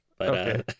Okay